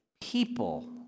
people